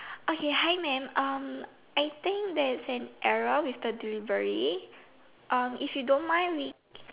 okay hi mam um I think there is an error with the delivery um if you don't mind we